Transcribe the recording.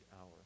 hour